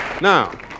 Now